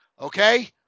okay